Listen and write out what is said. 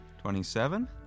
Twenty-seven